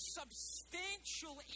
substantial